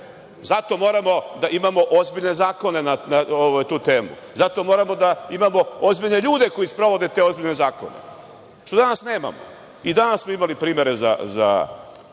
Zato moramo da imamo ozbiljne zakone na tu temu, zato moramo da imamo ozbiljne ljude koji sprovod te ozbiljne zakone, što danas nemamo. Danas smo imali i primere za